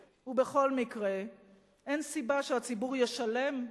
אין סיבה שהציבור ישלם,